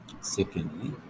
Secondly